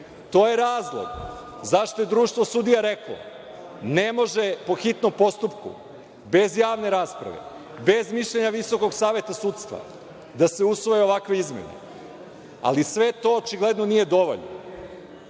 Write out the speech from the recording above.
To je razlog zašto je Društvo sudija reklo – ne može po hitnom postupku, bez javne rasprave, bez mišljenja Visokog saveta sudstva, da se usvoje ovakve izmene. Ali, sve to očigledno nije dovoljno. Ovde